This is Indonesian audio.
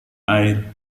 air